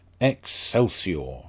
Excelsior